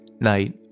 night